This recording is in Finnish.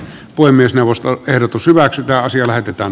puhemiesneuvoston ehdottaa että asia lähetetään